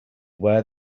where